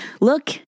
Look